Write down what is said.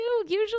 usually